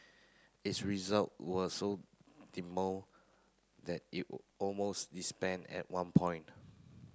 its result were so that it almost disbanded at one point